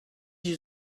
you